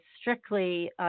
strictly